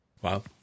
Wow